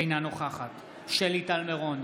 אינה נוכחת שלי טל מירון,